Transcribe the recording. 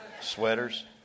Sweaters